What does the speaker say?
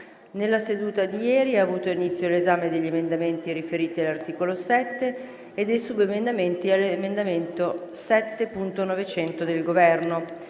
gli articoli 5 e 6 ha avuto inizio l'esame degli emendamenti riferiti all'articolo 7 e dei subemendamenti all'emendamento 7.900 del Governo.